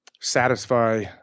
satisfy